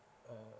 uh